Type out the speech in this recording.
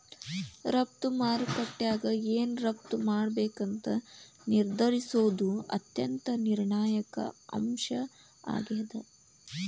ರಫ್ತು ಮಾರುಕಟ್ಯಾಗ ಏನ್ ರಫ್ತ್ ಮಾಡ್ಬೇಕಂತ ನಿರ್ಧರಿಸೋದ್ ಅತ್ಯಂತ ನಿರ್ಣಾಯಕ ಅಂಶ ಆಗೇದ